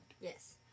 Yes